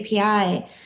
API